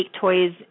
toys